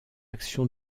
action